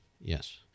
Yes